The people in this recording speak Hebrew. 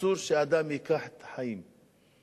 אסור שאדם ייקח את החיים.